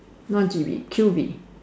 not G_V Q_V